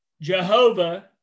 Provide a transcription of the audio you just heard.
Jehovah